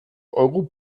euro